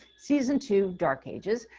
season two, dark ages,